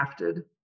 crafted